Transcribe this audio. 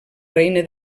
regne